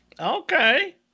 Okay